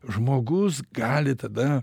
žmogus gali tada